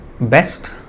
best